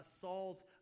Saul's